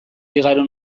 igaro